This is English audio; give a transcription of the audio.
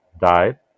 died